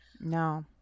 No